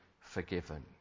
forgiven